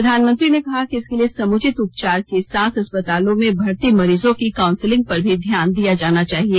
प्रधानमंत्री ने कहा कि इसके लिए समुचित उपचार के साथ अस्पतालों में भर्ती मरीजों की काउंसिलिंग पर भी ध्यान दिया जाना चाहिए